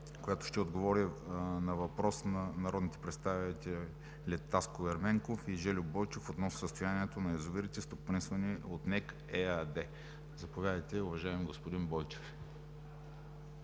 която ще отговори на въпрос на народните представители Таско Ерменков и Жельо Бойчев относно състоянието на язовирите, стопанисвани от НЕК ЕАД. Заповядайте, уважаеми господин Бойчев.